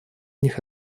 них